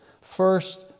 First